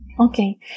Okay